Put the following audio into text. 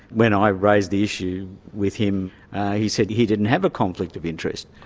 when i raised the issue with him he said he didn't have a conflict of interest.